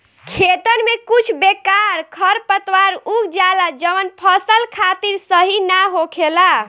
खेतन में कुछ बेकार खरपतवार उग जाला जवन फसल खातिर सही ना होखेला